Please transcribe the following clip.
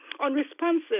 unresponsive